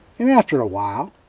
and after a while.